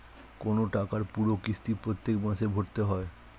কোন টাকার পুরো কিস্তি প্রত্যেক মাসে ভরতে হয়